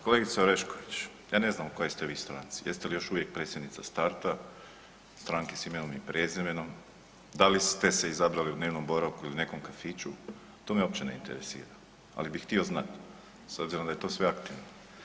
Kolegice Orešković, ja ne znam u kojoj ste vi stranici, jeste li još uvijek predsjednica Starta, Stranke s imenom i prezimenom, da li ste se izabrali u dnevnom boravku ili nekom kafiću, to me uopće ne interesira, ali bi htio znati s obzirom da je to sve aktivno.